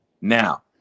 now